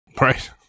Right